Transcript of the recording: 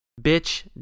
bitch